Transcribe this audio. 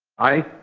aye.